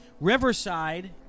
Riverside